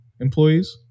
employees